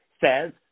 says –